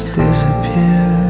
disappear